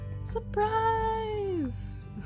Surprise